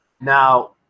Now